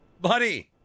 buddy